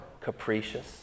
capricious